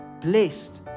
blessed